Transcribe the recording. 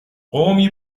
قومی